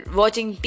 watching